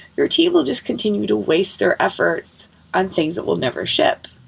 your team will just continue to waste their efforts on things that will never ship.